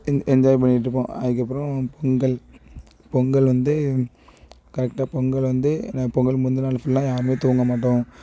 என் enjoy பண்ணிகிட்டுருப்போம் அதுக்கப்புறோம் பொங்கல் பொங்கல் வந்து கரெக்டாக பொங்கல் வந்து ஏன்னா பொங்கலுக்கு முந்தின நாள் ஃபுல்லாக யாருமே தூங்க மாட்டோம்